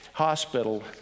hospital